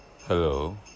Hello